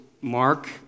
mark